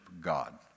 God